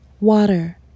water